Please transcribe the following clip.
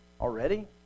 already